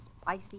spicy